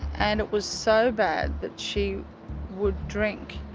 and it was so bad that she would drink.